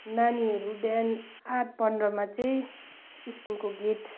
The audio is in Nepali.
नानीहरू बिहान आठ पन्ध्रमा चाहिँ स्कुलको गेट